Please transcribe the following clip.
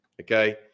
okay